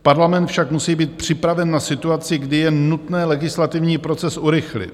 Parlament však musí být připraven na situaci, kdy je nutné legislativní proces urychlit.